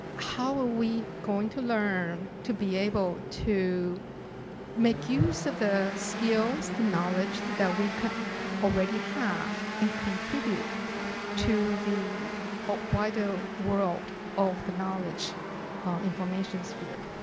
how are we going to learn to be able to make use of the skills, the knowledge that we could already have and contribute to the ah wider world of the knowledge of information sphere?